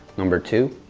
number two,